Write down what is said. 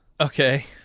Okay